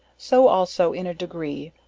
so also in a degree,